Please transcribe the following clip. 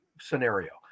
scenario